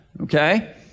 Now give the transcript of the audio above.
Okay